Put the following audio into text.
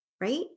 right